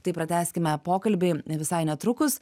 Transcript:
tai pratęskime pokalbį visai netrukus